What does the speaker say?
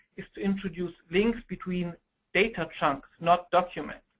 is to introduce links between data chunks not documents.